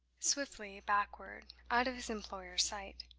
swiftly backward out of his employer's sight.